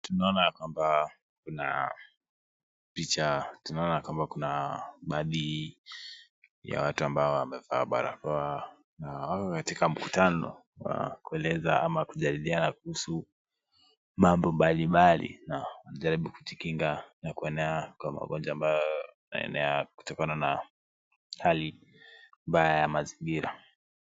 Tunaona ya kwamba kuna picha. Tunaona ya kwamba kuna baadhi ya watu ambao wamevaa barakoa na wako katika mkutano wa kueleza au kujadiliana kuhusu mambo mbalimbali na wanajaribu kujikinga na kuenea kwa magonjwa ambayo yanatokana na hali mbaya ya mazingira.